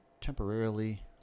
temporarily